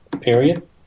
period